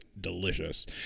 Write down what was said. delicious